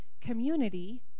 community